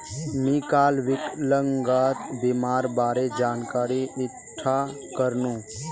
मी काल विकलांगता बीमार बारे जानकारी इकठ्ठा करनु